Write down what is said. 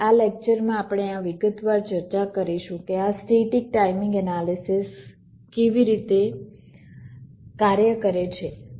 આ લેકચર માં આપણે આ વિગતવાર ચર્ચા કરીશું કે આ સ્ટેટિક ટાઈમિંગ એનાલિસિસ કેવી રીતે કાર્ય કરે છે